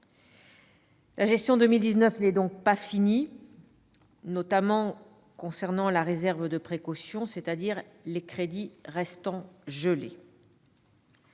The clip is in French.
La gestion 2019 n'est pas finie, notamment concernant la réserve de précaution, c'est-à-dire les crédits qui restent gelés.